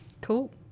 Cool